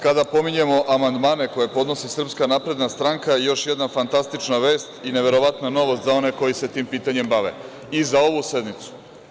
Kada pominjemo amandmane koje podnosi SNS, još jedna fantastična vest i neverovatna novost za one koji se tim pitanjem bave i za ovu sednicu.